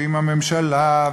ועם הממשלה,